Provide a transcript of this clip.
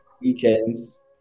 weekends